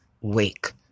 wake